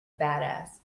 badass